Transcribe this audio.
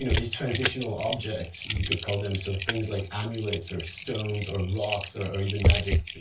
you know these transitional objects, you could call them so things like amulets, or stones or rocks, or or even magic,